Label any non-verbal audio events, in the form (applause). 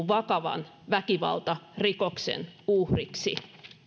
(unintelligible) vakavan väkivaltarikoksen uhriksi